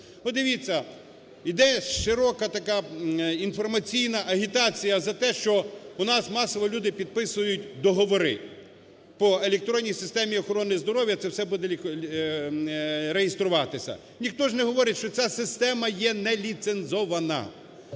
Подивіться, йде широка така інформаційна агітація за те, що у нас масово люди підписують договори, по електронній системі охорони здоров'я це все буде реєструватися. Ніхто ж не говорить, що ця система є неліцензована.